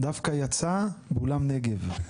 דווקא יצא באולם נגב.